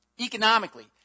economically